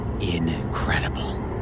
incredible